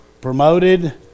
promoted